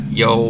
yo